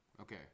Okay